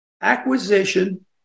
acquisition